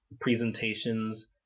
presentations